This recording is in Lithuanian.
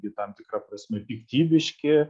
ir tam tikra prasme piktybiški